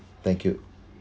thank you